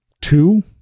two